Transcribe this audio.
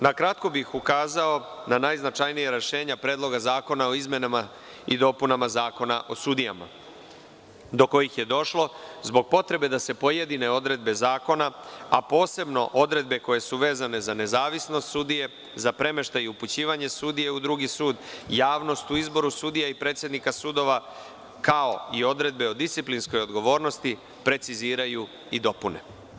Na kratko bih ukazao na najznačajnija rešenja Predloga zakona o izmenama i dopunama Zakona o sudijama do kojih je došlo zbog potrebe da se pojedine odredbe zakona, a posebno odredbe koje su vezane za nezavisnost sudije, za premeštaj i upućivanje sudije u drugi sud, javnost u izboru sudija i predsednika sudova, kao i odredbe o disciplinskoj odgovornosti, preciziraju i dopune.